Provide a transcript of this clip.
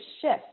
shift